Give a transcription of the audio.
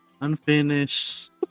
Unfinished